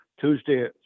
Tuesday